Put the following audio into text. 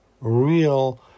real